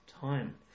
time